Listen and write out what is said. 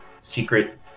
secret